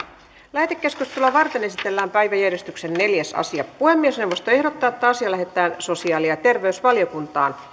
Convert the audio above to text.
lähetekeskustelua varten esitellään päiväjärjestyksen neljäs asia puhemiesneuvosto ehdottaa että asia lähetetään sosiaali ja terveysvaliokuntaan